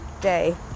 day